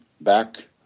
Back